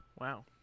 wow